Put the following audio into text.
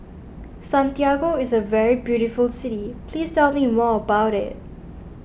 Santiago is a very beautiful city please tell me more about it